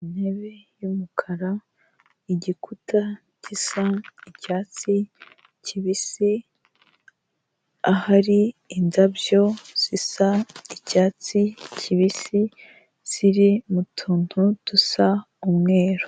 Intebe y'umukara, igikuta gisa icyatsi kibisi, ahari indabyo zisa icyatsi kibisi, ziri mu tuntu dusa umweru.